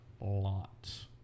Lots